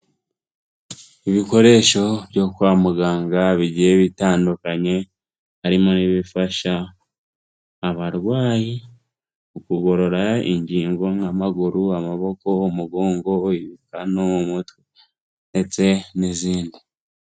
Ibikoresho byo kwa muganga bigiye bitandukanye, harimo n'ibifasha abarwayi kugorora ingingo nk'amaguru, amaboko, umugongo, ibikanu, umutwe ndetse n'izindi.